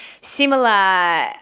similar